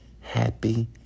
happy